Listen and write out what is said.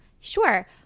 sure